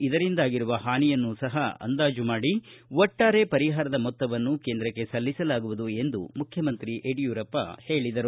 ಇದರಿಂದಾಗಿರುವ ಹಾನಿಯನ್ನು ಸಹ ಅಂದಾಜು ಮಾಡಿ ಒಟ್ಟಾರೆ ಪರಿಹಾರದ ಮೊತ್ತವನ್ನು ಕೇಂದ್ರಕ್ಷೆ ಸಲ್ಲಿಸಲಾಗುವುದು ಎಂದು ಯಡಿಯೂರಪ್ಪ ಹೇಳಿದರು